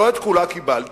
שלא את כולה קיבלתי,